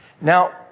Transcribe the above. Now